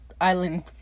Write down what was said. island